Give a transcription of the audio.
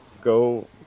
go